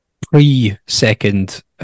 pre-second